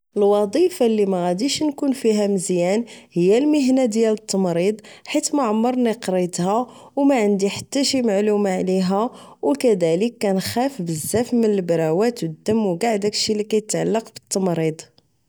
الوظيفة لي مغاديش نكون فيها مزيان هي المهنة ديال التمريض حيت معمرني قريتها أو ماعندي حتى شي معلومة عليها أو كذلك كنخاف بزاف من البروات أو الدم أو ݣاع داكشي لي كيتعلق بالتمريض